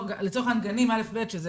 שזה